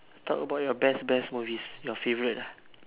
talk about your best best movies your favorite ah